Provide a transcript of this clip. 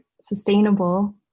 sustainable